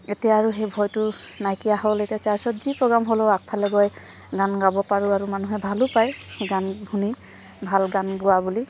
এতিয়া আৰু সেই ভয়টো নাইকিয়া হ'ল এতিয়া চাৰ্চত যি প্ৰগ্ৰাম হ'লেও আগফালে গৈ গান গাব পাৰোঁ আৰু মানুহে ভালো পায় গান শুনি ভাল গান গোৱা বুলি